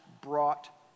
brought